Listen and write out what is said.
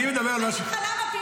אני אגיד לך למה,